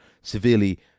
severely